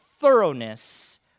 thoroughness